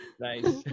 Nice